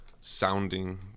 sounding